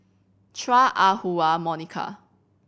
Chua Ah Huwa Monica